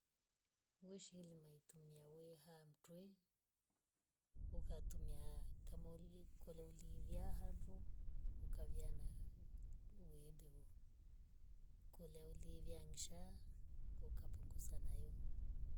Woshili maitumia weha mtwe ukatumia kamoli kuloli hivya handu ukaviya na wembe vuu kuleu livya ngsha ukapunguza nayo